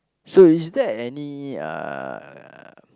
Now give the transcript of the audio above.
so is there any uh